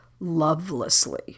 lovelessly